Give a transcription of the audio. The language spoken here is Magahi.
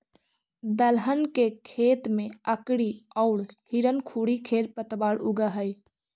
दलहन के खेत में अकरी औउर हिरणखूरी खेर पतवार उगऽ हई